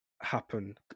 happen